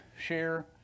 share